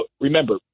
Remember